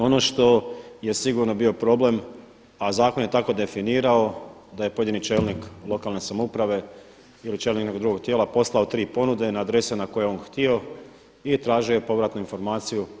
Ono što je sigurno bio problem, a zakon je tako definirao da je pojedini čelnik lokalne samouprave ili čelnik nekog drugog tijela poslao tri ponude na adrese na koje je on htio i tražio je povratnu informaciju.